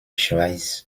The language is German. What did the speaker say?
schweiz